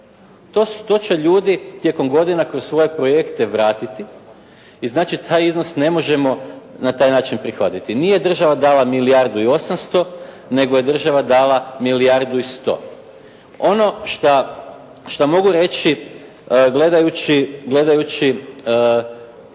To će ljudi tijekom godina kroz svoje projekte vratiti i znači taj iznos ne možemo na taj način prihvatiti. Nije država dala milijardu i 800, nego je država dala milijardu i 100. Ono što mogu reći gledajući